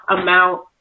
amount